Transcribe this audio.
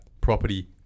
property